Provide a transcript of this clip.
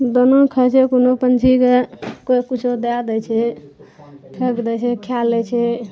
दोनो खाइ छै कोनो पक्षीके कोइ किछो दए दै छै फेक दै छै खाय लै छै